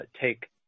take